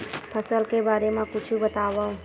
फसल के बारे मा कुछु बतावव